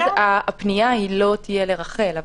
הפנייה לא תהיה לרח"ל.